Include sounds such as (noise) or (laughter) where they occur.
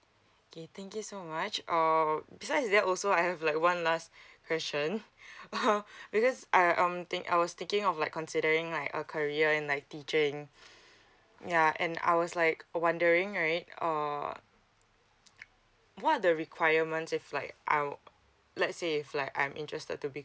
okay thank you so much uh besides that also I have like one last question (laughs) because I um thing I was thinking of like considering like a career in like teaching yeah and I was like wondering right uh what are the requirements if like I uh let's say if like I'm interested to be